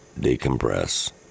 decompress